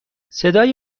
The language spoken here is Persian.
صدای